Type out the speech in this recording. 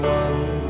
one